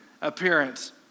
appearance